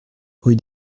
rue